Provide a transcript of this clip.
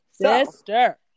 Sister